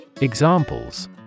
Examples